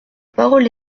parole